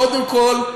קודם כול,